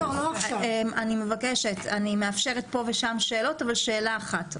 סליחה, אני מאפשרת שאלות פה ושם, אבל שאלה אחת.